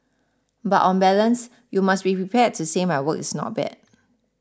but on balance you must be prepared to say my work is not bad